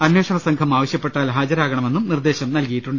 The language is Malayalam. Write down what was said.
അന്വേ ഷണസംഘം ആവശ്യപ്പെട്ടാൽ ഹാജരാകണമെന്നും നിർദ്ദേശം നൽകിയിട്ടുണ്ട്